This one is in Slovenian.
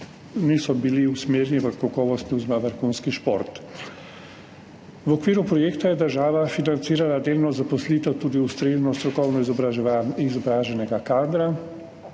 niso bili usmerjeni v kakovostni oziroma vrhunski šport. V okviru projekta je država financirala delno zaposlitev, tudi ustrezno strokovno izobraževanje kadra,